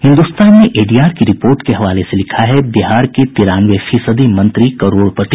हिन्दुस्तान ने एडीआर की रिपोर्ट के हवाले से लिखा है बिहार के तिरानवे फीसदी मंत्री करोड़पति